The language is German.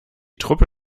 truppe